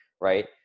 right